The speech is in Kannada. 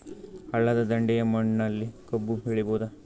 ಹಳ್ಳದ ದಂಡೆಯ ಮಣ್ಣಲ್ಲಿ ಕಬ್ಬು ಬೆಳಿಬೋದ?